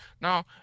Now